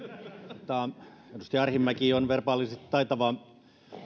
edustaja arhinmäki on verbaalisesti taitava